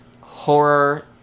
horror